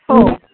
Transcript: हो